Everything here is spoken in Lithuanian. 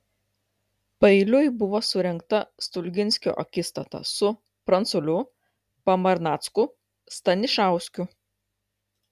paeiliui buvo surengta stulginskio akistata su pranculiu pamarnacku stanišauskiu